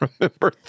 remember